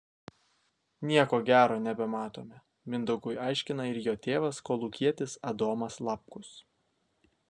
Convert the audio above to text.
nieko gero nebematome mindaugui aiškina ir jo tėvas kolūkietis adomas lapkus